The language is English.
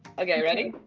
okay, ready?